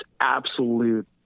absolute